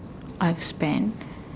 I've spent